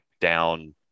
down